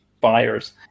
buyers